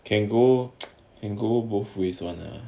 can go and go both ways one lah